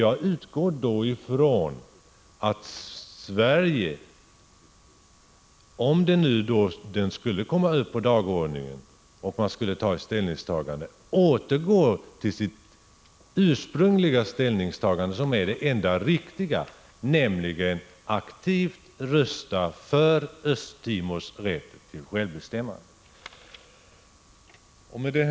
Jag utgår från att Sverige, om frågan kommer upp på dagordningen, återgår till sitt ursprungliga ställningstagande, som är det enda riktiga, nämligen att rösta för Östtimors rätt till självbestämmande. Herr talman!